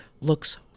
looks